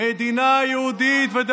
מכירים במדינה יהודית,